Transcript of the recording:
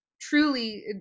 truly